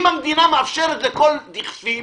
אם המדינה מאפשרת לכל דיכפין,